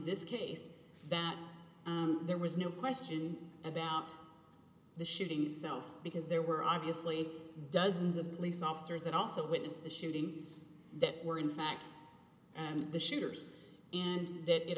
this case that there was no question about the shooting itself because there were obviously dozens of police officers that also witnessed the shooting that were in fact and the shooters and that it